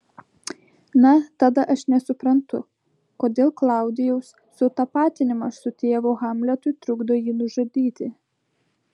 na tada aš nesuprantu kodėl klaudijaus sutapatinimas su tėvu hamletui trukdo jį nužudyti